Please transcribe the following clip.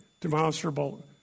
demonstrable